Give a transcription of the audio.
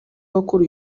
abakora